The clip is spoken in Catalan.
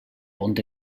pont